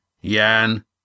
Yan